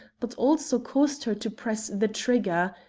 but also caused her to press the trigger.